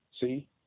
see